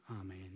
Amen